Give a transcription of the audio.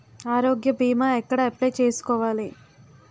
ఆరోగ్య భీమా ఎక్కడ అప్లయ్ చేసుకోవాలి?